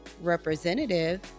representative